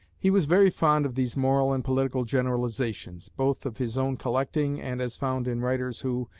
he was very fond of these moral and political generalisations, both of his own collecting and as found in writers who,